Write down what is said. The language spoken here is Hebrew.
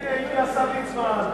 הנה, הנה השר ליצמן.